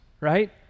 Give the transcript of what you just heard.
right